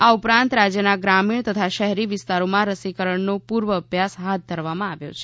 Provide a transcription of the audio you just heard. આ ઉપરાંત રાજ્યના ગ્રામીણ તથા શહેરી વિસ્તારોમાં રસીકરણનો પૂર્વાભ્યાસ હાથ ધરવામાં આવ્યો છે